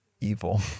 evil